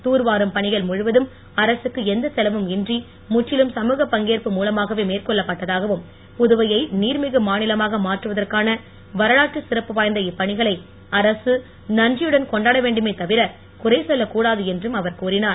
தூர்வாரும் பணிகள் முழுவதும் அரசுக்கு எந்தச் செலவும் இன்றி முற்றிலும் சமுகப் பங்கேற்பு மூலமாகவே மேற்கொள்ளப்பட்டதாகவும் புதுவையை நீர்மிகு மாநிலமாக மாற்றுவதற்கான வரலாற்று சிறப்பு வாய்ந்த இப்பணிகளை அரசு நன்றியுடன் கொண்டாட வேண்டுமே தவிர குறை சொல்லக் கூடாது என்றும் அவர் கூறினார்